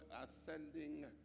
ascending